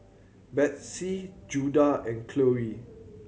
Bethzy Judah and Chloie